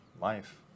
life